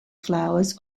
flowers